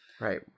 Right